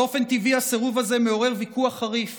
באופן טבעי, הסירוב הזה מעורר ויכוח חריף